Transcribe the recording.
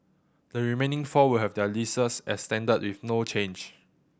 the remaining four will have their leases extended with no change